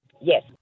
Yes